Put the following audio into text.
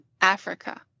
Africa